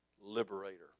liberator